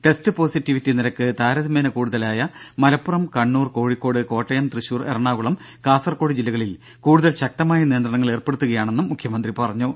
test positivity നിരക്ക് താരതമ്യേന കൂടുതലായ മലപ്പുറം കണ്ണൂർ കോഴിക്കോട് കോട്ടയം തൃശൂർ എറണാകുളം കാസർകോട് ജില്ലകളിൽ കൂടുതൽ ശക്തമായ നിയന്ത്രണങ്ങൾ ഏർപ്പെടുത്തുകയാണെന്നും മുഖ്യമന്ത്രി പറഞ്ഞു